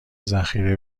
ذخیره